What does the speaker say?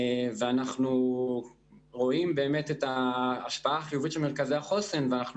אנחנו רואים את ההשפעה החיובית של מרכזי החוסן ואנחנו